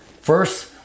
First